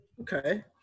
Okay